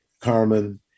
Carmen